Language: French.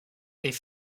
est